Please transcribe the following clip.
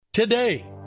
Today